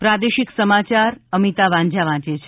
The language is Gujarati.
પ્રાદેશિક સમાચાર અમિતા વાંઝા વાંચે છે